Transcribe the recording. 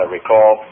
recall